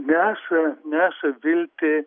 neša neša viltį